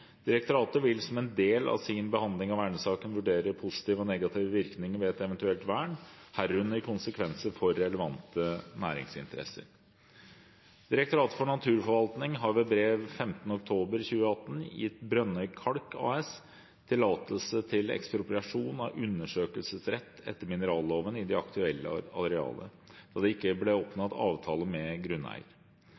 Direktoratet vil som en del av sin behandling av vernesaken vurdere positive og negative virkinger ved et eventuelt vern, herunder konsekvenser for relevante næringsinteresser. Direktoratet for naturforvaltning har ved brev 15. oktober 2018 gitt Brønnøy Kalk AS tillatelse til ekspropriasjon av undersøkelsesrett etter mineralloven i det aktuelle arealet, da det ikke ble